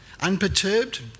Unperturbed